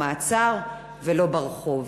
במעצר, ולא ברחוב.